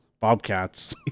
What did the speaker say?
bobcats